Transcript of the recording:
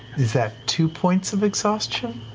is that two points of exhaustion?